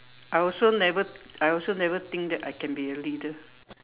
I also never I also never think that I can be a leader